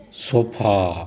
sofa